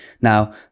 Now